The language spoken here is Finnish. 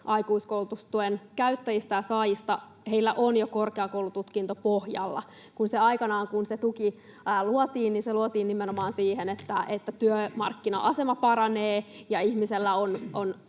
aikuiskoulutustuen käyttäjistä ja saajista on jo korkeakoulututkinto pohjalla. Kun se tuki aikanaan luotiin, se luotiin nimenomaan siihen, että työmarkkina-asema paranee ja ihmisellä on